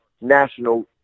national